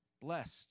blessed